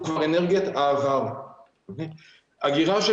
אגירה של